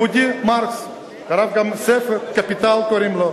היהודי מרקס כתב גם ספר, "הקפיטל" קוראים לו.